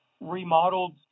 remodeled